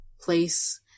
place